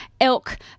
Elk